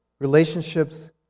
relationships